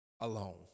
alone